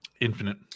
Infinite